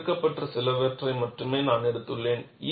தேர்ந்தெடுக்கப்பட்ட சிலவற்றை மட்டுமே நான் எடுத்துள்ளேன்